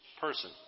person